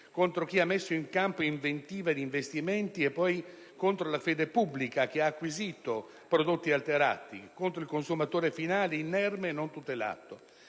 contro chi ha messo in campo inventiva ed investimenti e poi anche contro la fede pubblica che ha acquisito prodotti alterati contro il consumatore finale, inerme e non tutelato.